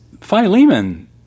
Philemon